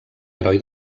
heroi